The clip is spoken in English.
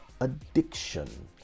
addiction